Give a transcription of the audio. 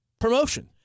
promotion